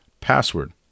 password